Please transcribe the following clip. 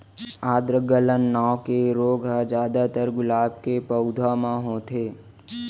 आद्र गलन नांव के रोग ह जादातर गुलाब के पउधा म होथे